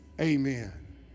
amen